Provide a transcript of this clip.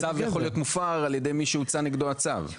הצו יכול להיות מופר על ידי מי שהוצא נגדו הצו.